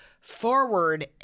forward